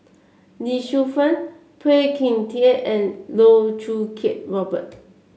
Lee Shu Fen Phua Thin Kiay and Loh Choo Kiat Robert